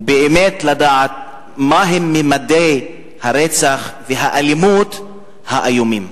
ובאמת לדעת מהם ממדי הרצח והאלימות האיומים.